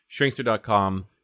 Shrinkster.com